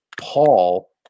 Paul